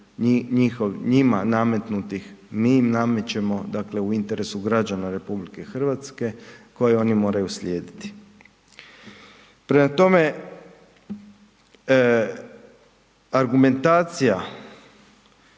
njima nametnutih, mi im namećemo, dakle, u interesu građana RH koje oni moraju slijediti. Prema tome, argumentacija